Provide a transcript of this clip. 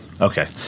Okay